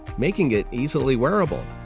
making it easily wearable.